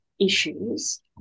issues